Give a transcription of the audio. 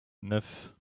neuf